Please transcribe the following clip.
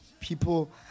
people